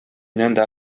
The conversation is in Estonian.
nõnda